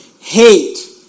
hate